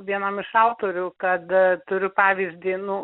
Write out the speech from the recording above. vienam iš autorių kad turiu pavyzdį nu